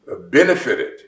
benefited